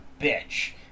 bitch